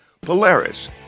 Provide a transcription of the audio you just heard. Polaris